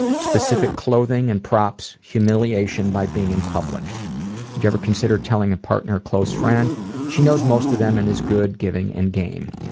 specific clothing and props, humiliation by being in public. do you ever consider telling a partner or close friend she knows most of them and is good giving and game.